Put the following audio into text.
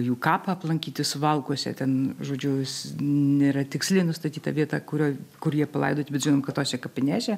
jų kapą aplankyti suvalkuose ten žodžiu jis nėra tiksliai nustatyta vieta kurioj kur jie palaidoti bet žinom kad tose kapinėse